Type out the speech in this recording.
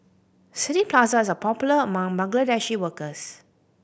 City Plaza is a popular among Bangladeshi workers